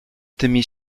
tymi